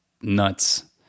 nuts